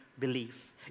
belief